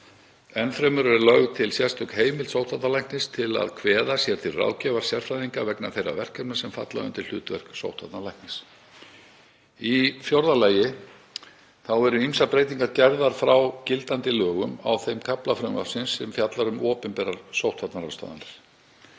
Enn fremur er lögð til sérstök heimild sóttvarnalæknis til að kveða sér til ráðgjafar sérfræðinga vegna þeirra verkefna sem falla undir hlutverk sóttvarnalæknis. Í fjórða lagi eru ýmsar breytingar gerðar frá gildandi lögum á þeim kafla frumvarpsins sem fjallar um opinberar sóttvarnaráðstafanir.